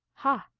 ha!